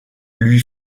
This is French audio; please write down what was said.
lui